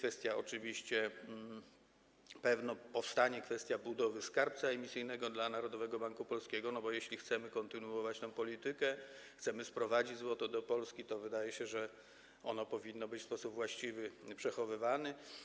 Pewnie powstanie kwestia budowy skarbca emisyjnego dla Narodowego Banku Polskiego, bo jeśli chcemy kontynuować tę politykę, chcemy sprowadzać złoto do Polski, to wydaje się, że ono powinno być w sposób właściwy przechowywane.